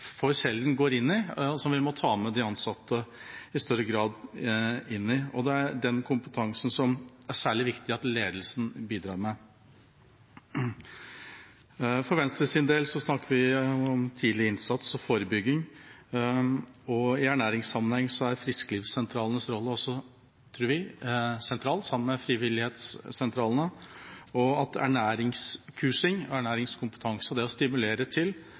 for sjelden går inn i, og som vi i større grad må ta de ansatte med på. Det er den kompetansen det er særlig viktig at ledelsen bidrar med. For Venstres del snakker vi om tidlig innsats og forebygging. I ernæringssammenheng tror vi frisklivssentralenes rolle er sentral, sammen med frivillighetssentralene. Det å stimulere til ernæringskursing og ernæringskompetanse er en rolle som vi må dyrke for frisklivssentralene framover, der det